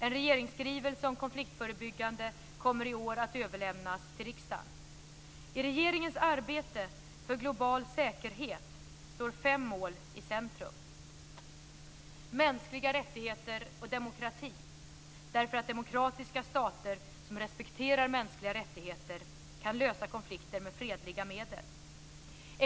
En regeringsskrivelse om konfliktförebyggande kommer i år att överlämnas till riksdagen. I regeringens arbete för global säkerhet står fem mål i centrum: 1. Mänskliga rättigheter och demokrati - därför att demokratiska stater som respekterar mänskliga rättigheter kan lösa konflikter med fredliga medel. 2.